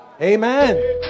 Amen